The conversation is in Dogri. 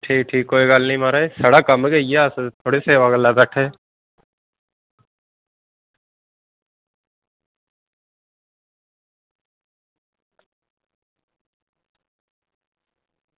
ठीक ठीक म्हाराज कोई गल्ल नी साढ़ा कम्म गै इयै थुआढ़ी सेवा गल्ला बैठे दे